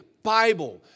Bible